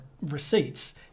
receipts